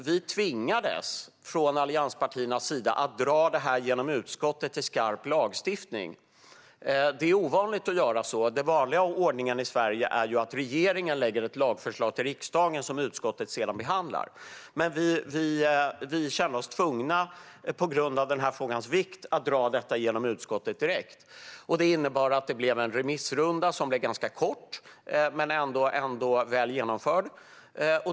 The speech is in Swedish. Vi tvingades från allianspartiernas sida att dra det här genom utskottet till skarp lagstiftning. Det är ovanligt att göra så. Den vanliga ordningen i Sverige är ju att regeringen lämnar ett lagförslag till riksdagen som utskottet sedan behandlar. Men på grund av den här frågans vikt kände vi oss tvungna att dra detta genom utskottet direkt. Det innebar att remissrundan blev ganska kort, men ändå väl genomförd.